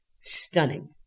stunning